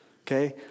Okay